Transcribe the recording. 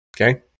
Okay